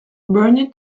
bernie